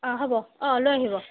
হয় হ'ব লৈ আহিব